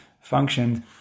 functioned